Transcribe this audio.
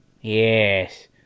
Yes